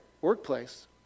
Workplace